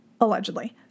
allegedly